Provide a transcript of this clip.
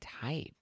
type